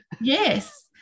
Yes